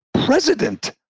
president